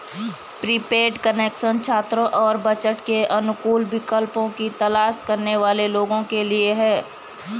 prepaid connection छात्रों और budget के अनुकूल विकल्पों की तलाश करने वाले लोगों के लिए है